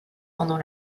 pendant